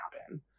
happen